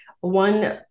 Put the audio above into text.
one